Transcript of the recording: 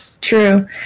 true